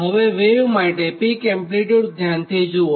હવે વેવ માટે peak amplitude ધ્યાનથી જુઓ